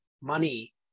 money